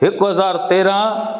हिकु हज़ारु तेरहं